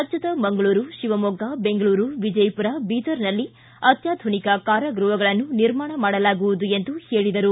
ರಾಜ್ಯದ ಮಂಗಳೂರು ಶಿವಮೊಗ್ಗ ಬೆಂಗಳೂರು ವಿಜಯಪುರ ಬೀದರ್ನಲ್ಲಿ ಅತ್ಯಾಧುನಿಕ ಕಾರಾಗೃಹಗಳನ್ನು ನಿರ್ಮಾಣ ಮಾಡಲಾಗುವುದು ಎಂದರು